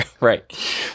Right